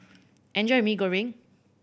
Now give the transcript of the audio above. enjoy Mee Goreng